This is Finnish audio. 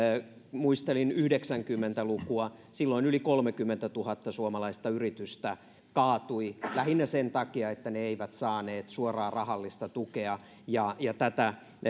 muistelin yhdeksänkymmentä lukua silloin yli kolmekymmentätuhatta suomalaista yritystä kaatui lähinnä sen takia että ne eivät saaneet suoraa rahallista tukea ja ja tätä